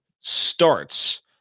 starts